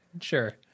sure